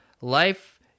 life